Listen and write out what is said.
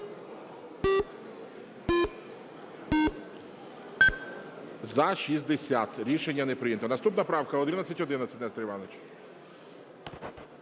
За-60 Рішення не прийнято. Наступна правка 1111, Нестор Іванович.